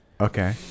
Okay